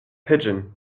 pigeon